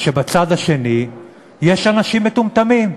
שבצד השני יש אנשים מטומטמים,